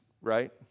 right